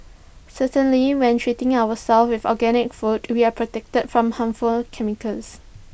certainly when treating ourselves with organic food we are protected from harmful chemicals